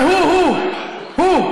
הוא, הוא.